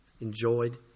enjoyed